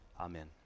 Amen